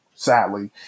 Sadly